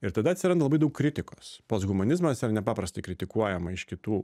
ir tada atsiranda labai daug kritikos posthumanizmas yra nepaprastai kritikuojama iš kitų